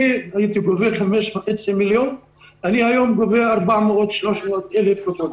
הייתי גובה 5.5 מיליון שקל והיום אני גובה 400,000 300,000 שקל בחודש.